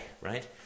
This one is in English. right